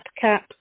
cap